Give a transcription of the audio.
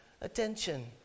attention